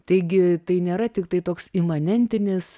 taigi tai nėra tiktai toks imanentinis